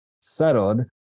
settled